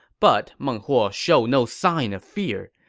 but meng huo showed no sign of fear.